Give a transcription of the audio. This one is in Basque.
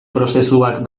prozesuak